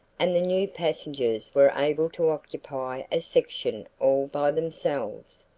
and the new passengers were able to occupy a section all by themselves.